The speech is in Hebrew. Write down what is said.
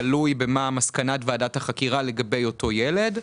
תלוי מה מסקנת ועדת החקירה לגבי אותו ילד,